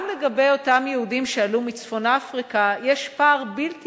גם לגבי אותם יהודים שעלו מצפון-אפריקה יש פער בלתי